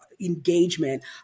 engagement